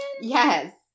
Yes